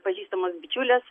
pažįstamos bičiulės